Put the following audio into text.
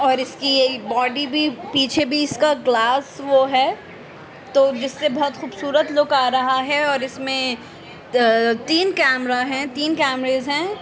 اور اس کی یہ باڈی بھی پیچھے بھی اس کا گلاس وہ ہے تو جس سے بہت خوبصورت لک آ رہا ہے اور اس میں تین کیمرا ہیں تین کیمریز ہیں